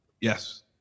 Yes